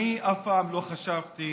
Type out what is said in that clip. אף פעם לא חשבתי